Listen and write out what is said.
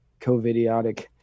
COVIDiotic